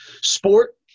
Sport